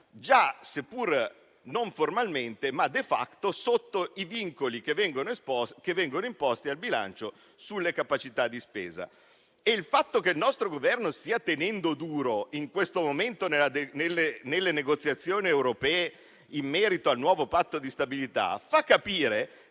siamo, seppur non formalmente ma *de facto,* sotto i vincoli che vengono imposti al bilancio sulle capacità di spesa. Il fatto che in questo momento il nostro Governo stia tenendo duro nelle negoziazioni europee in merito al nuovo Patto di stabilità fa capire